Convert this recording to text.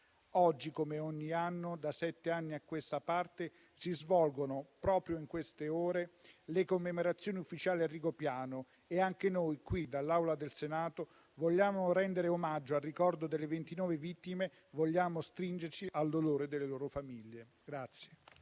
Oggi, come ogni anno da sette anni a questa parte, si svolgono proprio in queste ore le commemorazioni ufficiali a Rigopiano e anche noi, qui dall'Aula del Senato, vogliamo rendere omaggio al ricordo delle ventinove vittime e stringerci al dolore delle loro famiglie.